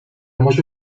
może